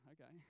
okay